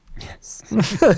Yes